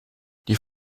die